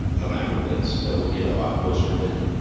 a macro lens that will get a lot closer than,